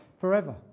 Forever